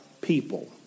people